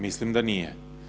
Mislim da nije.